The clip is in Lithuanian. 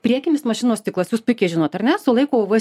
priekinis mašinos stiklas jus puikiai žinot ar ne sulaiko uv